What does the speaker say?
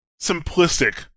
simplistic